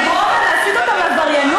לגרום להם, להסית אותם לעבריינות?